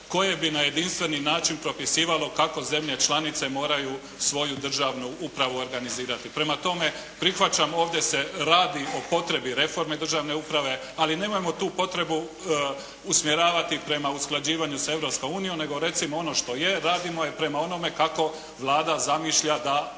koje bi na jedinstven način propisivalo kako zemlje članice moraju svoju državnu upravu organizirati. Prema tome prihvaćam ovdje se radi o potrebi reforme državne uprave. Ali nemojmo tu potrebu usmjeravati prema usklađivanju sa Europskom unijom nego recimo ono što je. Radimo je prema onome kako Vlada zamišlja da državna